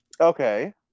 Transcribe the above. Okay